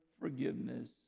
forgiveness